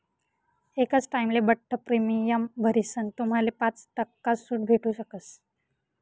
एकच टाइमले बठ्ठ प्रीमियम भरीसन तुम्हाले पाच टक्का सूट भेटू शकस